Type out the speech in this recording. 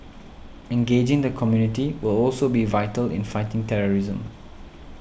engaging the community will also be vital in fighting terrorism